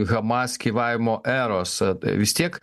hamas gyvavimo eros vis tiek